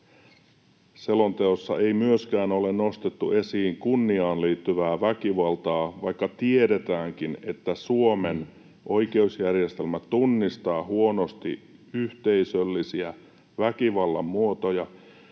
”Selonteossa ei myöskään ole nostettu esiin kunniaan liittyvää väkivaltaa, vaikka tiedetäänkin, että Suomen oikeusjärjestelmä tunnistaa huonosti yhteisöllisiä väkivallan muotoja,